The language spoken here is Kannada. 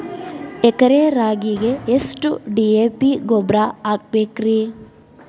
ಎಕರೆ ರಾಗಿಗೆ ಎಷ್ಟು ಡಿ.ಎ.ಪಿ ಗೊಬ್ರಾ ಹಾಕಬೇಕ್ರಿ?